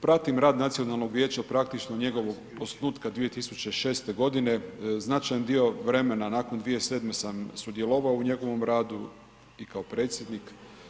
Pratim rad Nacionalnog vijeća, praktično od njegovog osnutka 2006. godine, značajan dio vremena nakon 2007. sam sudjelovao u njegovom radu i kao predsjednik.